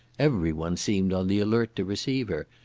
every one seemed on the alert to receive her,